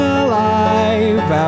alive